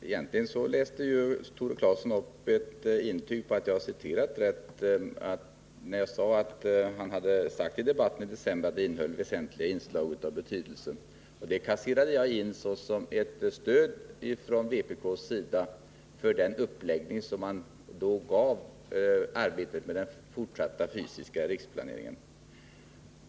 Herr talman! Egentligen läste Tore Claeson upp ett intyg på att jag citerade rätt när jag sade att han i debatten i december anförde att propositionen innehöll väsentliga inslag av betydelse. Det kasserade jag in som ett stöd från vpk:s sida för den uppläggning som vi då gav åt arbetet med den fortsatta fysiska riksplaneringen.